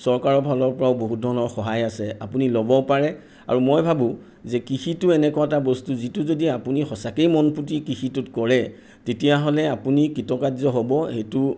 চৰকাৰৰ ফালৰ পৰাও বহুত ধৰণৰ সহায় আছে আপুনি ল'ব পাৰে আৰু মই ভাবোঁ যে কৃষিটো এনেকুৱা এটা বস্তু যিটো যদি আপুনি সঁচাকেই মনপুতি কৃষিটো কৰে তেতিয়াহ'লে আপুনি কৃতকাৰ্য হ'ব সেইটো